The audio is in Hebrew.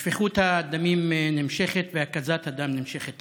שפיכות הדמים נמשכת והקזת אדם נמשכת.